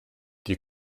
die